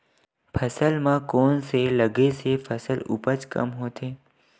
फसल म कोन से लगे से फसल उपज कम होथे?